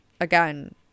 again